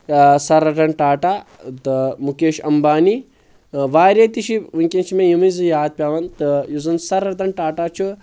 sir Ratan Tata تہٕ مُکیش امبانی واریاہ تہِ چھِ وٕنکیٚن چھِ مےٚ یِمٕے زٕ یاد پیٚوان تہٕ یُس زَن سَر رتن ٹاٹا چھُ